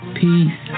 peace